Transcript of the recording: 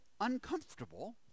uncomfortable